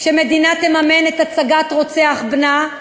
שמדינה תממן את הצגת רוצח בנה.